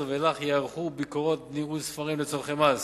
2010 ואילך ייערכו ביקורות ניהול ספרים לצורכי מס